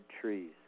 trees